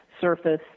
surface